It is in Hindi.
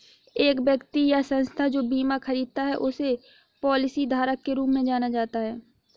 एक व्यक्ति या संस्था जो बीमा खरीदता है उसे पॉलिसीधारक के रूप में जाना जाता है